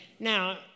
Now